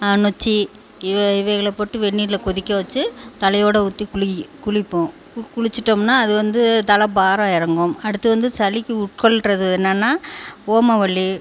நொச்சி இவை இவைகளை போட்டு வெந்நீரில் கொதிக்க வச்சு தலையோட ஊற்றி குளி குளிப்போம் கு குளிச்சிவிட்டோம்னா அது வந்து தலை பாரம் இறங்கும் அடுத்து வந்து சளிக்கு உட்கொள்கிறது என்னென்னா ஓமவல்லி